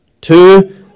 Two